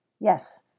Yes